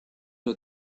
los